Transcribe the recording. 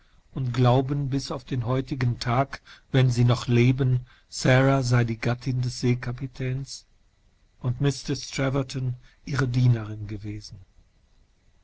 undwiemistreßtrevertongesagt hatte daßesseinsollte sowaresauchvomerstenbiszumletzten derarztunddie wärterinunddieleutedeshauseswarenallefremdundglaubenbisaufdenheutigen tag wenn sie noch leben sara sei die gattin des seekapitäns und mistreß treverton ihre dienerin gewesen